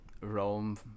Rome